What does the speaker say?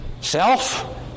self